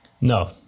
No